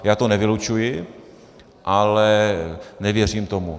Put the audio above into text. Já to nevylučuji, ale nevěřím tomu.